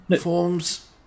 Forms